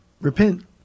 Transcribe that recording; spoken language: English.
Repent